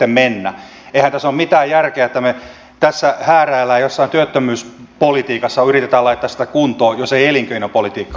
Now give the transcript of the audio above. eihän tässä ole mitään järkeä että me tässä hääräilemme jossain työttömyyspolitiikassa ja yritämme laittaa sitä kuntoon jos ei elinkeinopolitiikka toimi